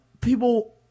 people